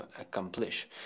accomplish